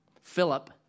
Philip